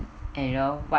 and you know what